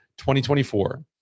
2024